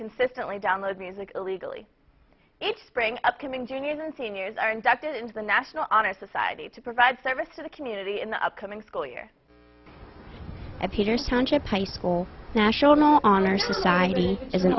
consistently download music illegally it's spring upcoming juniors and seniors are inducted into the national honor society to provide service to the community in the upcoming school year at peters township high school national honor society